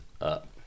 up